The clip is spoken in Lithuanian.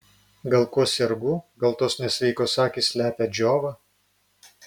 gal kuo sergu gal tos nesveikos akys slepia džiovą